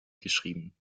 geschrieben